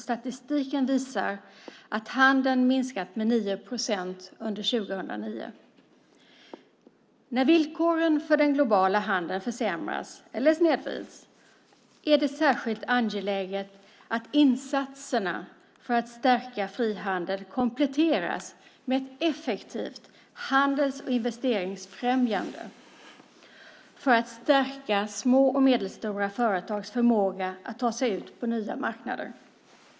Statistiken visar att handeln har minskat med 9 procent under år 2009. När villkoren för den globala handeln försämras eller snedvrids är det särskilt angeläget att insatserna för att stärka frihandeln kompletteras med ett effektivt handels och investeringsfrämjande - detta för att stärka små och medelstora företags förmåga att ta sig ut på nya marknader.